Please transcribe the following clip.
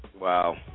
Wow